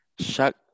Shark